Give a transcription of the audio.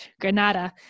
Granada